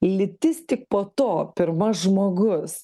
lytis tik po to pirma žmogus